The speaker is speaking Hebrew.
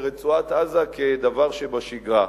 לרצועת-עזה כדבר שבשגרה.